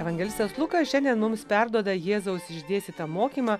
evangelistas lukas šiandien mums perduoda jėzaus išdėstytą mokymą